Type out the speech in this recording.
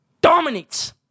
dominates